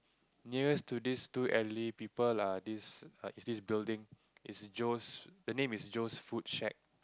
nearest to these two elderly people are this err is this building is Jones the name is Jones food shack